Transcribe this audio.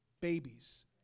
babies